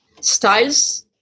styles